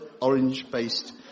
orange-based